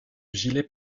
gilets